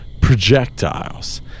projectiles